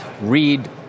Read